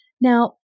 Now